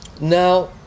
Now